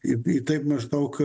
ip itaip maždaug